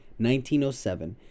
1907